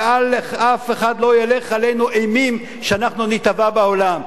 ואף אחד לא יהלך עלינו אימים שאנחנו ניתבע בעולם.